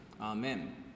amen